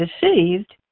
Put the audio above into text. deceived